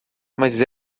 mas